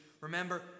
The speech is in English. remember